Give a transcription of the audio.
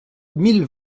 mille